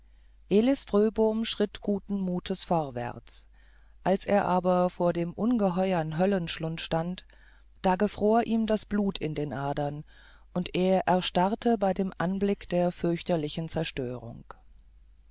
elis fröbom schritt guten mutes vorwärts als er aber vor dem ungeheuern höllenschlunde stand da gefror ihm das blut in den adern und er erstarrte bei dem anblick der fürchterlichen zerstörung